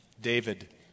David